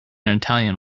italian